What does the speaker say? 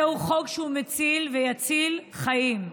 זהו חוק שמציל ויציל חיים.